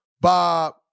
Bob